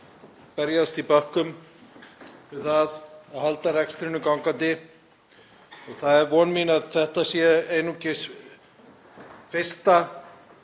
berjast í bökkum við það að halda rekstrinum gangandi. Það er von mín að þetta sé einungis fyrsta